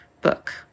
book